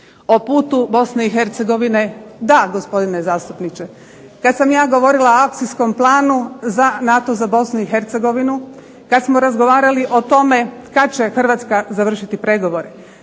o putu Bosne i Hercegovine, da gospodine zastupnice, kada sam ja govorila o akcijskom planu za NATO za Bosnu i Hercegovinu, kada smo razgovarali o tome kada će Hrvatska završiti pregovore.